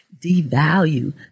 devalue